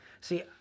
See